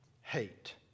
hate